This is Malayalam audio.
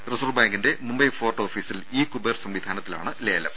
റിസർവ്ബാങ്കിന്റെ മുംബൈ ഫോർട്ട് ഓഫീസിൽ ഇ കുബേർ സംവിധാനത്തിലാണ് ലേലം